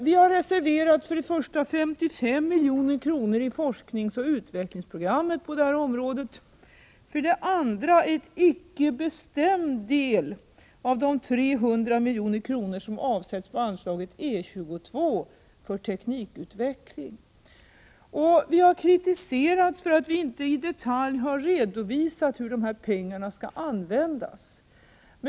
Vi har reserverat för det första 55 milj.kr. i forskningsoch utvecklingsprogrammet på det här området, för det andra en icke bestämd del av de 300 milj.kr. som avsätts på anslaget E 22 för teknikutveckling. Vi har blivit kritiserade för att vi inte i detalj har redovisat hur dessa pengar skall användas.